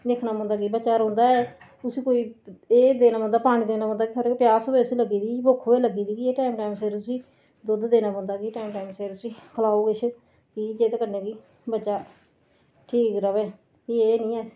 दिक्खना पौंदा कि बच्चा रोंदा ऐ उसी कोई एह् देना पौंदा पानी देना पौंदा खबरै प्यास होवे उसी लग्गी दी भुक्ख होवे लग्गी दी कि टैम टैम सिर उसी दुद्ध देना पौंदा कि टाइम टाइम सिर उसी खलाओ किश कि जेह्दे कन्ने की बच्चा ठीक रवे फी एह् नी ऐ